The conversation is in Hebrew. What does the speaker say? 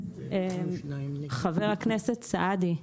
חבר הכנסת סעדי,